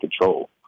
control